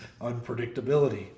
unpredictability